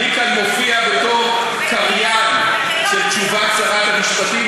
אני כאן מופיע בתור קריין של תשובת שרת המשפטים,